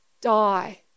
die